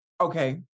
Okay